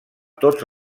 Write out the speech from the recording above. tots